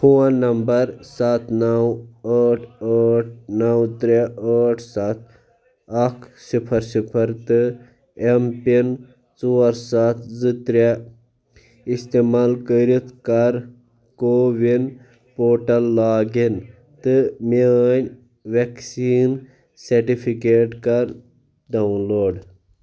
phone number سَتھ نو ٲٹھ ٲٹھ نو ترٛےٚ ٲٹھ سَتھ اَکھ صِفر صِفر تہٕ اٮ۪م پِن ژور سَتھ زٕ ترٛےٚ استعمال کٔرِتھ کر کووِن پورٹل لاگ اِن تہٕ میٛٲنۍ وٮ۪کسیٖن سرٹِفِکیٹ کر ڈاوُن لوڈ